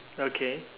okay